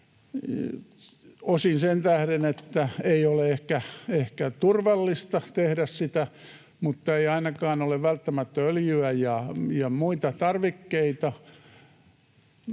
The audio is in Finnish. osin sen tähden, että ei ole ehkä turvallista tehdä sitä mutta ei ainakaan ole välttämättä öljyä ja muita tarvikkeita,